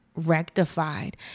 Rectified